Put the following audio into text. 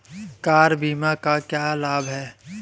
Car बीमा का क्या लाभ है?